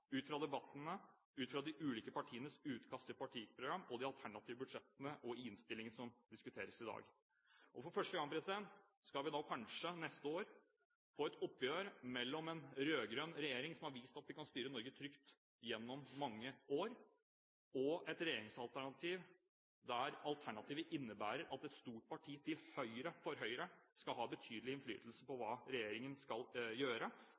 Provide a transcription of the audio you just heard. ut fra debattene, ut fra de ulike partienes utkast til partiprogram, de alternative budsjettene og innstillingen som diskuteres i dag. For første gang skal vi kanskje neste år få et oppgjør mellom en rød-grønn regjering, som har vist at de kan styre Norge trygt gjennom mange år, og et regjeringsalternativ som innebærer at et stort parti til høyre for Høyre skal ha betydelig innflytelse på hva regjeringen skal gjøre,